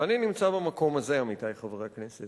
ואני נמצא במקום הזה, עמיתי חברי הכנסת.